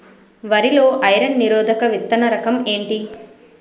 వరి లో ఐరన్ నిరోధక విత్తన రకం ఏంటి?